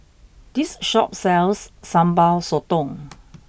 this shop sells sambal sotong